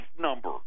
number